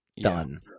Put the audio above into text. done